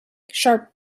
sharp